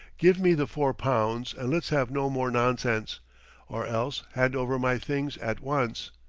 give me the four pounds and let's have no more nonsense or else hand over my things at once.